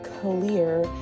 clear